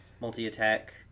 multi-attack